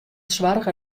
soarge